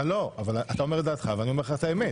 אתה אומר את דעתך ואני אומר לך את האמת.